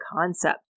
concept